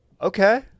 Okay